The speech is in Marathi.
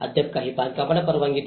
अद्याप काही बांधकामांना परवानगी द्या